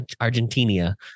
Argentina